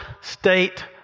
state